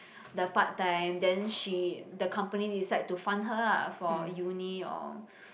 the part time then she the company decide to fund her ah for uni or